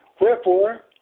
Wherefore